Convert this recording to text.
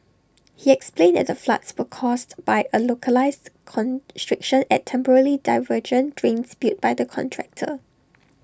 he explained that the floods were caused by A localised constriction at temporary diversion drains built by the contractor